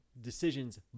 decisions